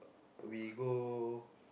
we go